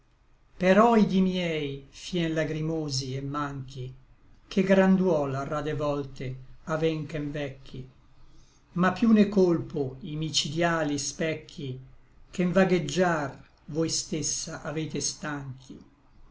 i dí miei fien lagrimosi et manchi ché gran duol rade volte aven che nvecchi ma piú ne colpo i micidiali specchi che n vagheggiar voi stessa avete stanchi